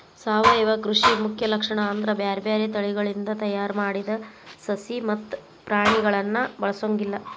ಸಾವಯವ ಕೃಷಿ ಮುಖ್ಯ ಲಕ್ಷಣ ಅಂದ್ರ ಬ್ಯಾರ್ಬ್ಯಾರೇ ತಳಿಗಳಿಂದ ತಯಾರ್ ಮಾಡಿದ ಸಸಿ ಮತ್ತ ಪ್ರಾಣಿಗಳನ್ನ ಬಳಸೊಂಗಿಲ್ಲ